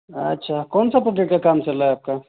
अच्छा कौन सा प्रोजेक्ट का काम चल रहा है आपका